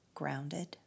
grounded